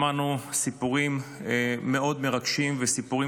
שמענו סיפורים מאוד מרגשים וסיפורים